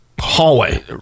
hallway